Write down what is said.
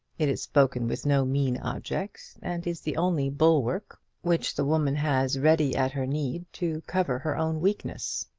it is spoken with no mean object, and is the only bulwark which the woman has ready at her need to cover her own weakness.